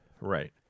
Right